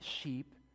sheep